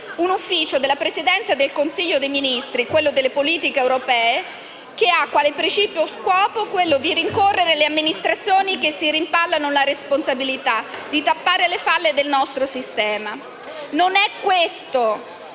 un ufficio della Presidenza del Consiglio dei ministri che ha quale precipuo scopo quello di rincorrere le amministrazioni che si rimpallano la responsabilità di tappare le falle del nostro sistema. Non è questo